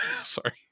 Sorry